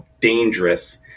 dangerous